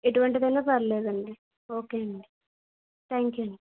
ఎటువంటిదైనా పర్లేదండి ఓకే అండి thank you అండి